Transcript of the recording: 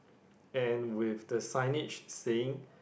and with the signage saying